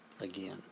again